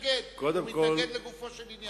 המתנגד לגופו של עניין.